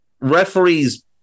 referees